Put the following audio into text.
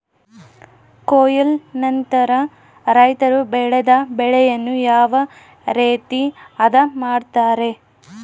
ಕೊಯ್ಲು ನಂತರ ರೈತರು ಬೆಳೆದ ಬೆಳೆಯನ್ನು ಯಾವ ರೇತಿ ಆದ ಮಾಡ್ತಾರೆ?